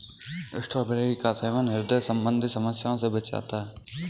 strawberry का सेवन ह्रदय संबंधी समस्या से बचाता है